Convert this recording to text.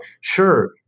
Sure